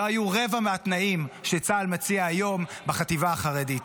לא היו רבע מהתנאים שצה"ל מציע היום בחטיבה החרדית,